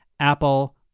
Apple